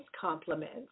compliments